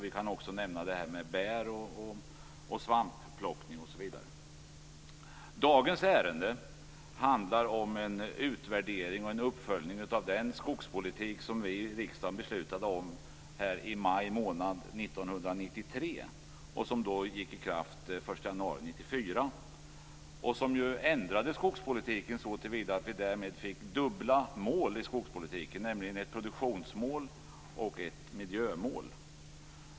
Vi kan också nämna bär och svampplockning osv. Dagens ärende handlar om en utvärdering och uppföljning av den skogspolitik som vi i riksdagen beslutade om i maj månad 1993 och som trädde i kraft den 1 januari 1994. Då ändrades skogspolitiken såtillvida att vi därmed fick dubbla mål i skogspolitiken, nämligen ett produktionsmål och ett miljömål.